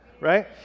right